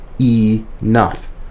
enough